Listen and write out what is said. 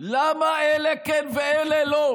למה אלה כן ואלה לא?